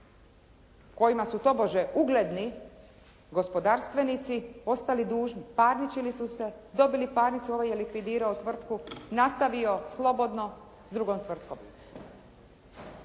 kojima su tobože ugledni gospodarstvenici ostali dužni, parničili su se, dobili parnicu, ovaj je likvidirao tvrtku, nastavio slobodno s drugom tvrtkom.